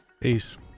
Peace